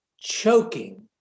choking